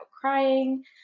crying